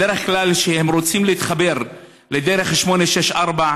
בדרך כלל, כשהם רוצים להתחבר לדרך 864,